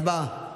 הצבעה.